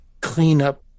cleanup